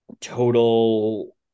total